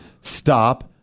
Stop